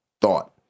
thought